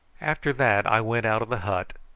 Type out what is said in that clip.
after that i went out of the hut,